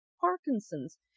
Parkinson's